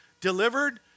delivered